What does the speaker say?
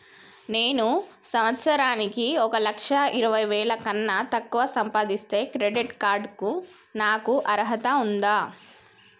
నేను సంవత్సరానికి ఒక లక్ష ఇరవై వేల కన్నా తక్కువ సంపాదిస్తే క్రెడిట్ కార్డ్ కు నాకు అర్హత ఉందా?